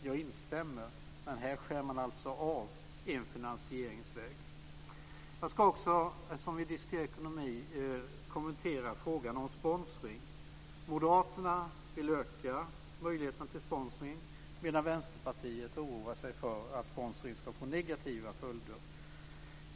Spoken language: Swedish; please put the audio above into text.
Jag instämmer, men i det här fallet skär man alltså av en finansieringsväg Eftersom vi diskuterar ekonomi ska jag kommentera frågan om sponsring. Moderaterna vill öka möjligheterna till sponsring medan Vänsterpartiet oroar sig för att sponsringen ska få negativa följder.